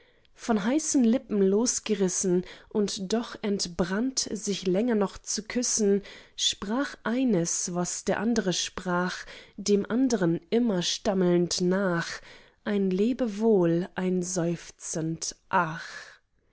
von heißen lippen losgerissen und doch entbrannt sich länger noch zu küssen sprach eines was das andre sprach dem andern immer stammelnd nach ein lebewohl ein seufzend ach